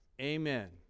Amen